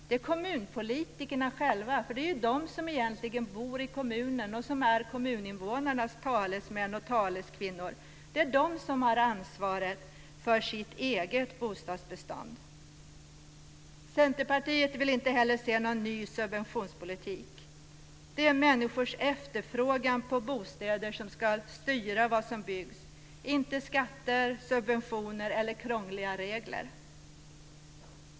Det är kommunpolitikerna som själva bor i kommunerna och är kommuninvånarnas talesmän och taleskvinnor som har ansvaret för det egna bostadsbeståndet. Centerpartiet vill inte heller se någon ny subventionspolitik. Det är människors efterfrågan på bostäder som ska styra vad som byggs, inte skatter, subventioner eller krångliga regler.